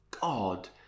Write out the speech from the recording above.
God